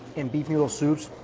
and beef noodle soup,